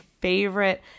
favorite